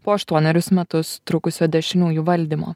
po aštuonerius metus trukusio dešiniųjų valdymo